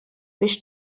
biex